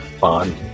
fun